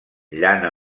llana